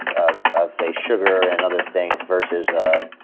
ah ah say, sugar and other things versus a